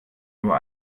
nur